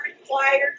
required